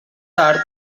tard